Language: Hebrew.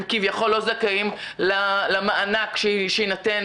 הם כביכול לא זכאים למענק שיינתן